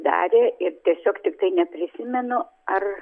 darė ir tiesiog tiktai neprisimenu ar